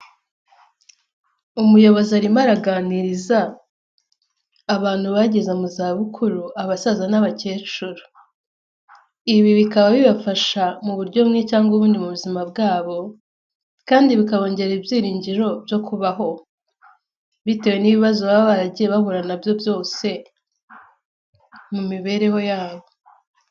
Umuyobozi arimo araganiriza abantu bageze mu zabukuru, abasaza n'abakecuru. Ibi bikaba bibafasha mu buryo bumwe cyangwa ubundi mu buzima bwabo kandi bikabongera ibyiringiro byo kubaho bitewe n'ibibazo baba baragiye bahura na byo byose mu mibereho yabo.